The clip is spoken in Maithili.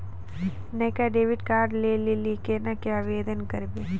नयका डेबिट कार्डो लै लेली केना के आवेदन करबै?